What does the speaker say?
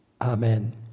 Amen